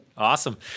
Awesome